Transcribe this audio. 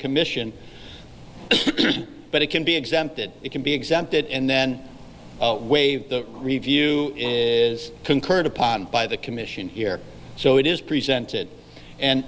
commission but it can be exempted it can be exempted and then waived the review is concurred upon by the commission here so it is presented and